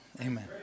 Amen